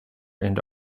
into